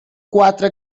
quatre